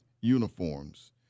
uniforms